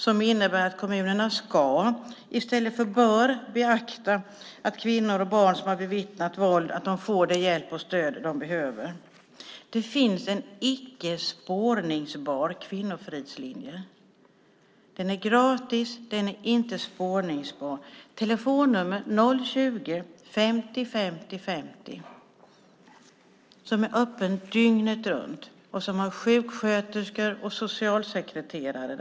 Det innebär att kommunerna "ska" i stället för "bör" bevaka att kvinnor och barn som har bevittnat våld får den hjälp och det stöd som de behöver. Det finns en icke spårningsbar kvinnofridslinje. Den är gratis. Telefonnumret är 020-50 50 50. Den är öppen dygnet runt. Där finns sjuksköterskor och socialsekreterare.